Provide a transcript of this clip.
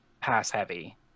pass-heavy